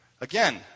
Again